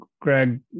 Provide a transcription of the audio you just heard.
Greg